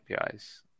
APIs